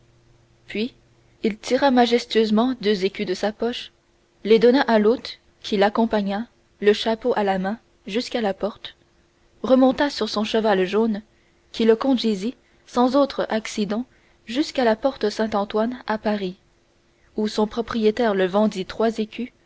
puis il tira majestueusement deux écus de sa poche les donna à l'hôte qui l'accompagna le chapeau à la main jusqu'à la porte remonta sur son cheval jaune qui le conduisit sans autre incident jusqu'à la porte saint-antoine à paris où son propriétaire le vendit trois